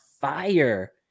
fire